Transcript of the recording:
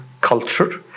culture